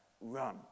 run